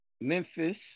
Memphis